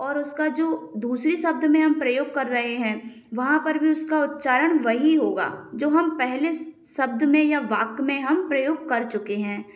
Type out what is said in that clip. और उसका जो दूसरी शब्द में हम प्रयोग कर रहे हैं वहाँ पर भी उसका उच्चारण वही होगा जो हम पहले शब्द में या वाक्य में हम प्रयोग कर चुके हैं